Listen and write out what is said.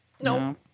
No